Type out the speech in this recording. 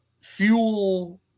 fuel